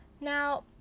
now